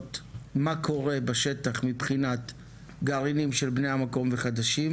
האחרונות מה קורה בשטח מבחינת גרעינים של בני המקום וחדשים,